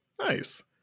nice